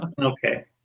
Okay